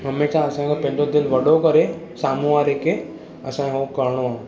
हमेशह असां खे पंहिंजो दिल वॾो करे साम्हूं वारे खे असां खे हू करणो आहे